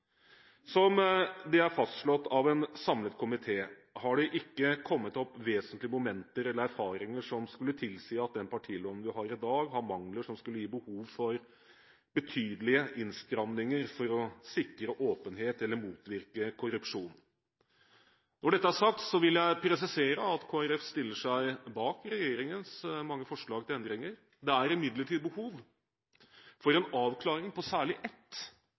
politisk arbeid. Som fastslått av en samlet komité, er det ikke kommet opp vesentlige momenter eller erfaringer som tilsier at den partiloven vi har i dag, har mangler som gir behov for betydelige innstramminger for å sikre åpenhet eller motvirke korrupsjon. Når dette er sagt, vil jeg presisere at Kristelig Folkeparti stiller seg bak regjeringens mange forslag til endringer. Det er imidlertid behov for en avklaring på særlig ett